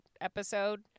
episode